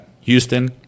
Houston